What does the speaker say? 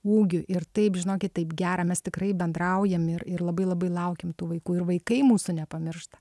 ūgiu ir taip žinokit taip gera mes tikrai bendraujam ir ir labai labai laukiam tų vaikų ir vaikai mūsų nepamiršta